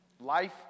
Life